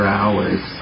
hours